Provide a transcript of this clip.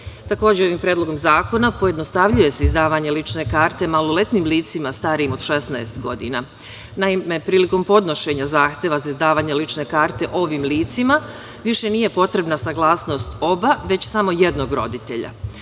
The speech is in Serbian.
ovim predlogom zakona pojednostavljuje se izdavanje lične karte maloletnim licima starijim od 16 godina. Naime, prilikom podnošenja zahteva za izdavanje lične karte ovim licima više nije potrebna saglasnost oba, već samo jednog roditelja.